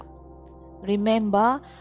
Remember